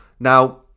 Now